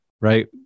right